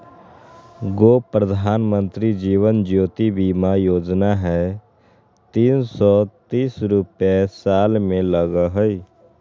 गो प्रधानमंत्री जीवन ज्योति बीमा योजना है तीन सौ तीस रुपए साल में लगहई?